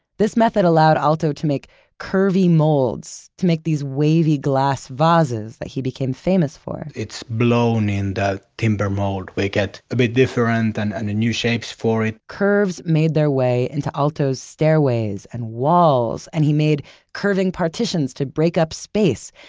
this method allowed aalto to make curvy molds, to make these wavy glass vases that he became famous for. it's blown in that timber mold, we get a bit different and and new shapes for it. curves made their way into aalto's stairways and walls, and he made curving partitions to break up space,